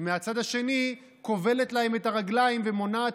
ומהצד השני כובלת להם את הרגליים ומונעת